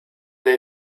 they